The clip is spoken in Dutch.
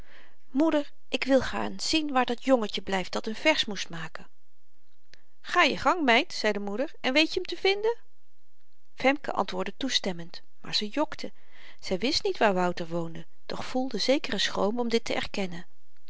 moeder ik wil gaan zien waar dat jongetje blyft dat n vers moest maken ga je gang meid zei de moeder en weet je m te vinden femke antwoordde toestemmend maar ze jokte zy wist niet waar wouter woonde doch voelde zekeren schroom om dit te erkennen